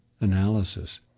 analysis